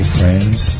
friends